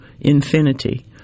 infinity